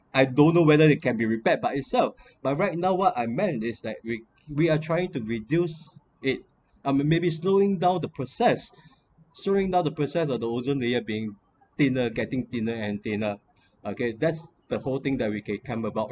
I don't know whether they can be repaired by itself but right now what I meant is like we we are trying to reduce it or maybe slowing down the process slowing down the process of the ozone layer being thinner getting thinner and thinner okay that's the whole thing that we can come about